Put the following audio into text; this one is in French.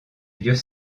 vieux